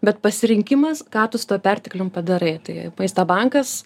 bet pasirinkimas ką tu su tuo perteklium padarai tai maisto bankas